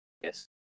Yes